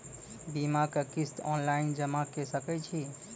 बीमाक किस्त ऑनलाइन जमा कॅ सकै छी?